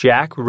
Jack